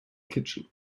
kitchen